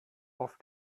auf